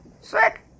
Sick